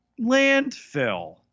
landfill